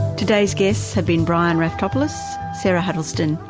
today's guests have been brian raftopoulos, sarah huddleston,